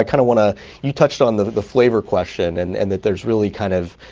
ah kind of want to you touched on the the flavor question. and and that there's really kind of,